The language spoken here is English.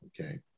okay